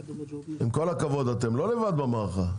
ועם כל הכבוד, אתם לא לבד במערכה.